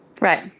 Right